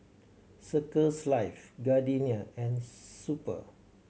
Circles Life Gardenia and Super